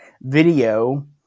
video